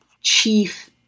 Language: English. chief